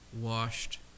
washed